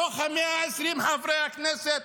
בתוך 120 חברי הכנסת,